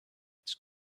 its